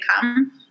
come